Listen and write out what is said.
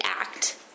act